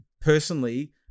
personally